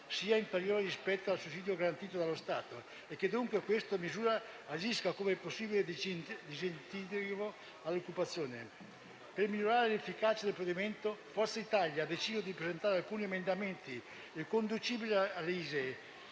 sia inferiore rispetto al sussidio garantito dallo Stato e che dunque questa misura agisca come possibile disincentivo all'occupazione. Per migliorare l'efficacia del provvedimento, Forza Italia ha deciso di presentare alcuni emendamenti riconducibili all'ISEE,